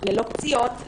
ללא פציעות,